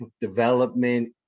development